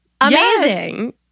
Amazing